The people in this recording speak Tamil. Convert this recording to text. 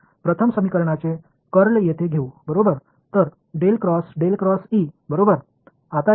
எனவே முதல் சமன்பாட்டின் கர்ல் இங்கேயே சொல்லலாம்